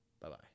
Bye-bye